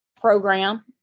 program